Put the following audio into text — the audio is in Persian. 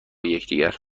یکدیگر